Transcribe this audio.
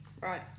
right